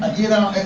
ah you know,